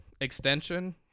Extension